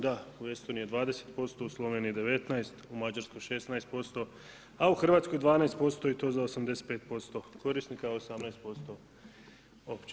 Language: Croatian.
Da, u Estoniji je 20%, u Sloveniji 19, u Mađarskoj 16% a u Hrvatskoj 12% i to za 85% korisnika, 18% opće.